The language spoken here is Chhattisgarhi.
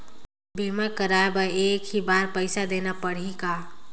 बीमा कराय बर एक ही बार पईसा देना पड़ही का?